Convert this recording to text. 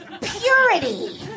purity